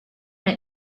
met